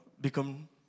become